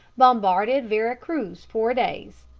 bombarded vera cruz four days,